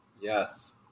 Yes